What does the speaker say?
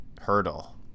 hurdle